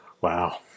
Wow